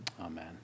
Amen